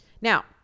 Now